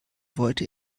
wollte